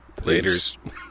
Laters